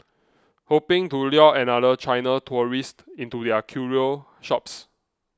hoping to lure another China tourist into their curio shops